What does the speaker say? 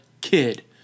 kid